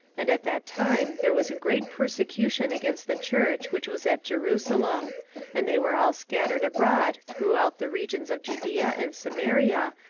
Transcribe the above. and at that time there was a great persecution against the church which was at jerusalem and they were all scattered abroad throughout the regions of judaea and samaria,